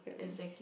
exactly